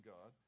God